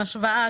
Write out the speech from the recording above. השוואה,